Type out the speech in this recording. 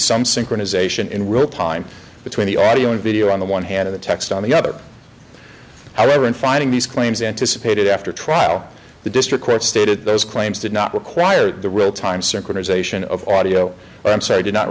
some synchronization in real time between the audio and video on the one hand of the text on the other however in finding these claims anticipated after trial the district court stated those claims did not require the real time circulars ation of audio i'm sorry did not